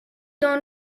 dans